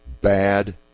bad